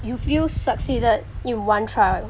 you feel succeeded in one trial